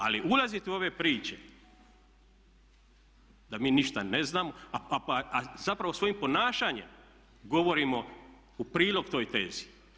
Ali ulazit u ove priče da mi ništa ne znamo, a zapravo svojim ponašanjem govorimo u prilog toj tezi.